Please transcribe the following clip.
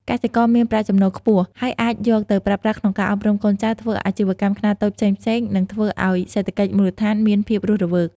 កសិករមានប្រាក់ចំណូលខ្ពស់ ហើយអាចយកទៅប្រើប្រាស់ក្នុងការអប់រំកូនចៅ ធ្វើអាជីវកម្មខ្នាតតូចផ្សេងៗ និងធ្វើឲ្យសេដ្ឋកិច្ចមូលដ្ឋានមានភាពរស់រវើក។